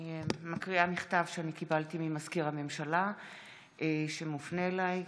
אני מקריאה מכתב שקיבלתי ממזכיר הממשלה שמופנה אליי,